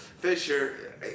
Fisher